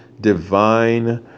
divine